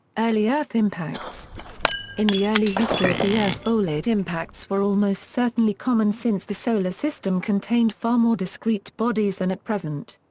early earth impacts in the early history of the earth bolide impacts were almost certainly common since the solar system contained far more discrete bodies than at present.